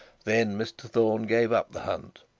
then mr thorne gave up the hunt.